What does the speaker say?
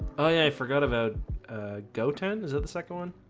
i forgot about go ten. is it the second one?